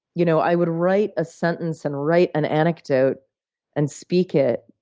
you know i would write a sentence and write an anecdote and speak it.